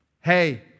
hey